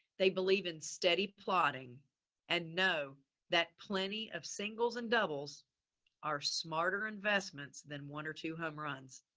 they believe in steady plotting and know that plenty of singles and doubles are smarter investments than one or two home runs.